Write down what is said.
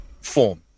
form